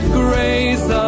grace